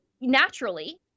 naturally